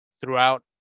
throughout